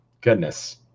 goodness